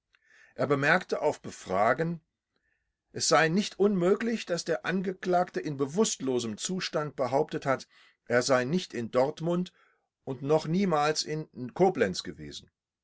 er bemerkte auf befragen es sei nicht unmöglich daß der angeklagte in bewußtlosem zustande behauptet hat er sei nicht in dortmund und noch niemals in koblenz gewesen